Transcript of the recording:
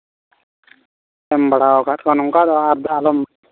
ᱮᱢ ᱵᱟᱲᱟᱣᱟᱠᱟᱫ ᱠᱚ ᱱᱚᱝᱠᱟ ᱟᱞᱚᱢ